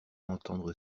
entendre